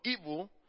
evil